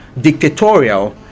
dictatorial